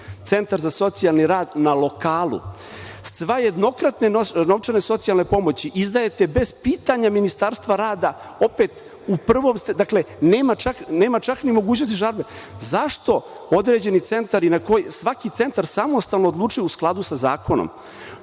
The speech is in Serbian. Centar za socijalni rad na lokalu. Sve jednokratne socijalne pomoći izdajete bez pitanja Ministarstva rada opet u prvom stepenu. Dakle, nema čak ni mogućnosti žalbe.Zašto određeni centar i na koji, svaki centar samostalno odlučuje u skladu sa zakonom.